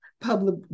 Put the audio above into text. public